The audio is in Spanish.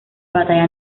batalla